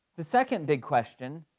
the second big question,